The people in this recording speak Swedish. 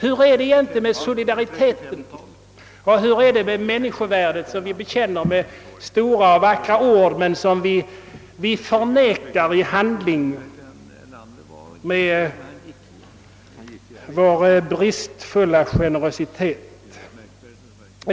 Hur är det egentligen med solidariteten och med människovärdet som vi erkänner med stora och vackra ord men förnekar i handling genom vår bristfälliga generositet?